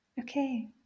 okay